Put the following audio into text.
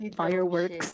fireworks